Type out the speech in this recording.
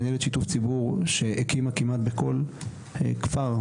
שהקימה כמעט בכל כפר,